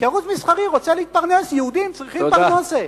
כי ערוץ מסחרי רוצה להתפרנס, יהודים צריכים פרנסה,